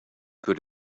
could